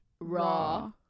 raw